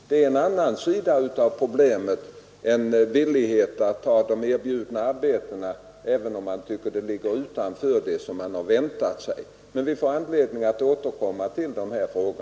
Detta är en annan sida av problemet — en villighet att ta erbjudet arbete, även om det ligger utanför vad man har väntat sig. Men vi får anledning att återkomma till dessa frågor.